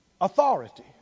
Authority